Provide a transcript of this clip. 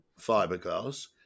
fiberglass